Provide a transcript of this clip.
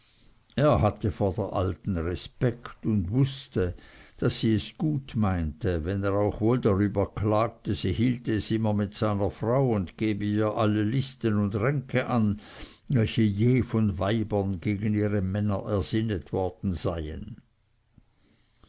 er hatte vor der alten respekt und wußte daß sie es gut meinte wenn er auch wohl darüber klagte sie hielte es immer mit seiner frau und gebe ihr alle listen und ränke an welche je von weibern gegen ihre männer ersinnet worden seien